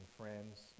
friends